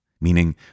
meaning